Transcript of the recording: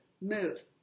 move